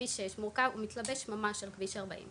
כביש 6 מתלבש ממש על כביש 40,